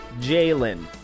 Jalen